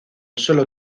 solo